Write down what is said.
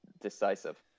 decisive